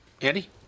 Andy